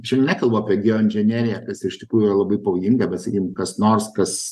čia nekalbu apie geoinžineriją kas iš tikrųjų yra labai pavojinga bet sakykim kas nors kas